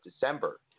December